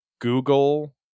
google